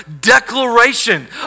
declaration